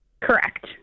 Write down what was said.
Correct